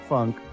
Funk